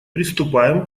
приступаем